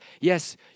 Yes